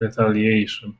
retaliation